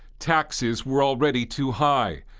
taxes were already too high,